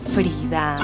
Frida